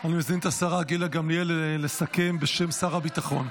מזמין את השרה גילה גמליאל לסכם בשם שר הביטחון,